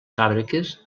fàbriques